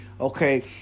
okay